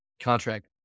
contract